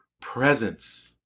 presence